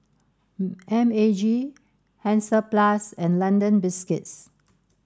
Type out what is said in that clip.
M A G Hansaplast and London Biscuits